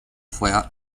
fue